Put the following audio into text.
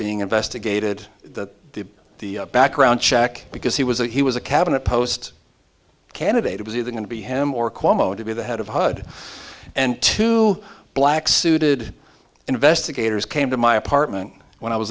being investigated the the background check because he was a he was a cabinet post candidate it was either going to be him or cuomo to be the head of hud and two black suited investigators came to my apartment when i was